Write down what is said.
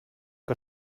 que